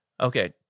Okay